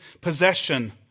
possession